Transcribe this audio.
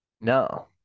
No